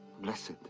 Blessed